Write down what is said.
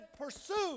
Pursue